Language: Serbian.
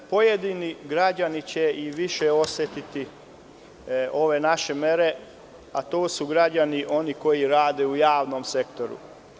Pojedini građani će i više osetiti ove naše mere, a to su oni građani koji rade u javnom sektoru.